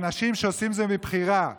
אנשים שעושים זאת מבחירה.